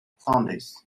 sundays